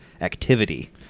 activity